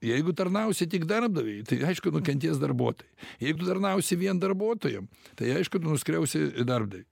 jeigu tarnausi tik darbdaviui tai aišku nukentės darbuotojai jei tu tarnausi vien darbuotojam tai aišku nuskriausi darbdavį